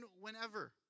whenever